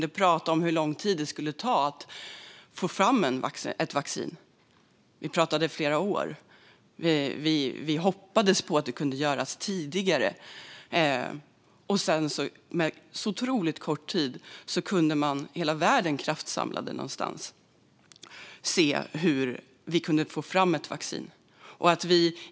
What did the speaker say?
Vi pratade om hur lång tid det skulle ta att få fram ett vaccin. Vi pratade flera år. Vi hoppades att det kunde göras tidigare. Sedan, på otroligt kort tid, kunde hela världen kraftsamla, och vi kunde få fram ett vaccin.